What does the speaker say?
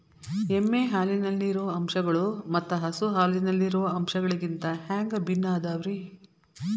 ಎಮ್ಮೆ ಹಾಲಿನಲ್ಲಿರೋ ಅಂಶಗಳು ಮತ್ತ ಹಸು ಹಾಲಿನಲ್ಲಿರೋ ಅಂಶಗಳಿಗಿಂತ ಹ್ಯಾಂಗ ಭಿನ್ನ ಅದಾವ್ರಿ?